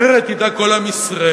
אחרת ידע כל עם ישראל